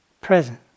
present